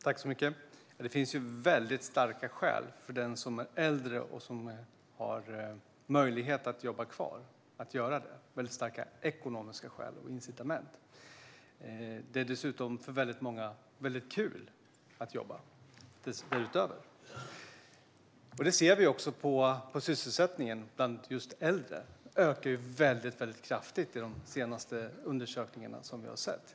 Herr talman! Det finns väldigt starka ekonomiska skäl och incitament för den som är äldre och har möjlighet att jobba kvar att göra det. Det är dessutom för många väldigt kul att jobba. Detta ser vi också på sysselsättningen bland just äldre; den ökar kraftigt, enligt de senaste undersökningar vi har sett.